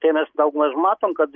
tai mes daugmaž matom kad